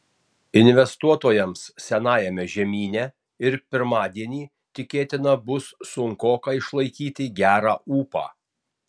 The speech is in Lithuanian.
investuotojams senajame žemyne ir pirmadienį tikėtina bus sunkoka išlaikyti gerą ūpą